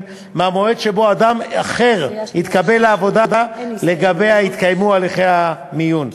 מהמועד שבו אדם אחר התקבל לעבודה שלגביה התקיימו הליכי המיון.